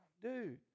Dude